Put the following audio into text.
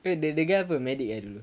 wait the the guy also a medic ah tu